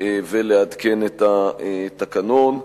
ולעדכן את התקנון.